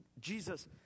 Jesus